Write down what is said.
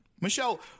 Michelle